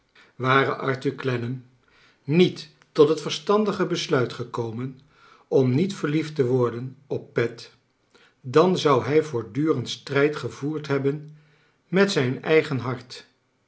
ware arthur clennam niefc tot het verstandige besluit gekomen om niet verliefd te vvorden op pet dan zou hij voortdurend strijd gevoerd hebben met zijn eigen hart